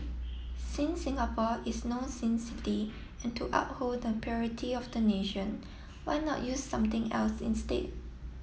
since Singapore is no sin city and to uphold the purity of the nation why not use something else instead